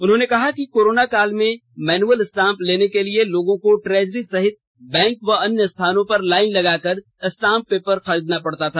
उन्होंने कहा कि करोना काल में मैनुअल स्टांप लेने के लिए लोगों को ट्रेजरी सहित बैंक व अन्य स्थानों पर लाइन लगकर स्टांप पेपर खरीदना पड़ रहा था